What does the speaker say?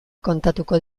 kontatuko